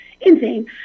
insane